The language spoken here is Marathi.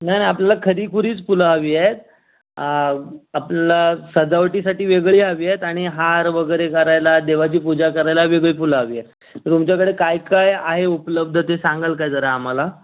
नाही नाही आपल्याला खरीखुरीच फुलं हवी आहेत आपल्याला सजावटीसाठी वेगळी हवी आहेत आणि हार वगैरे करायला देवाची पूजा करायला वेगळी फुलं हवी आहेत तर तुमच्याकडे काय काय आहे उपलब्ध ते सांगाल का जरा आम्हाला